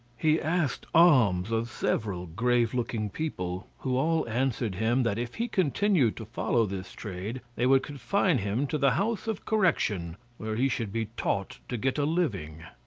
he asked alms of several grave-looking people, who all answered him, that if he continued to follow this trade they would confine him to the house of correction, where he should be taught to get a living.